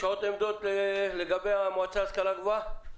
יש עוד עמדות לגבי ההשכלה הגבוהה?